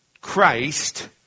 Christ